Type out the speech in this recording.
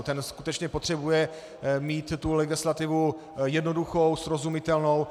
Ten skutečně potřebuje mít tu legislativu jednoduchou, srozumitelnou.